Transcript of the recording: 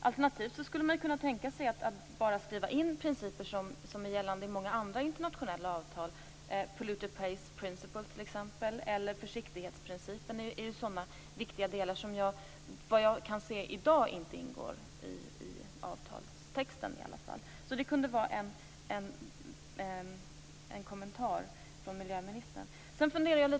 Alternativt skulle man bara kunna skriva in principer som är gällande i många andra internationella avtal, t.ex. polluters pay principle eller försiktighetsprincipen. Det är sådana viktiga delar som, såvitt jag kan se, i dag inte ingår i avtalstexten. Det kunde vara bra med en kommentar från miljöministern om det.